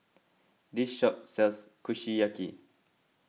this shop sells Kushiyaki